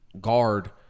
guard